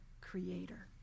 creator